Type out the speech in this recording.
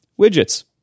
widgets